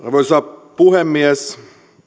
arvoisa puhemies